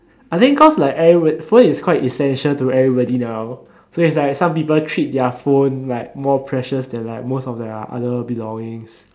I think because like everybody phone is quite essential to everybody now so is like some people treat their phone like more precious than like most of their other belongings